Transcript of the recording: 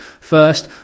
First